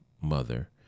mother